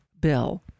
bill